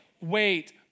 wait